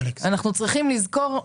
אנחנו צריכים לזכור,